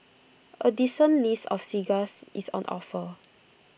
A decent list of cigars is on offer